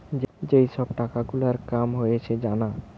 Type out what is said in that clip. যেই সব টাকা গুলার কাম হয়েছে জানা